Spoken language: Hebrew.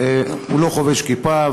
הוא לא חובש כיפה,